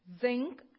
zinc